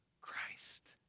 Christ